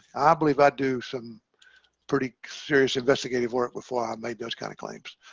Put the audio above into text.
i believe i'd do some pretty serious investigative work before i'd make those kind of claims